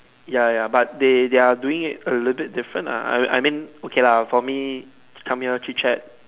ya ya but they they are doing it a little different I mean I mean okay lah for me come here chit-chat